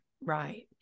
right